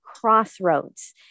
crossroads